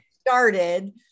started